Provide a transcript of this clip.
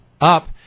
up